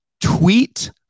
tweet